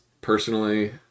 personally